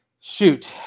shoot